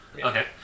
Okay